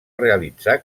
realitzar